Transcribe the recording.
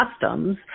customs